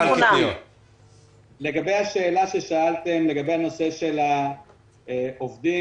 לגבי השאלה ששאלתם על נושא העובדים,